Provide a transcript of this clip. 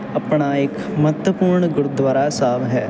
ਆਪਣਾ ਇੱਕ ਮਹੱਤਵਪੂਰਨ ਗੁਰਦੁਆਰਾ ਸਾਹਿਬ ਹੈ